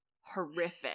horrific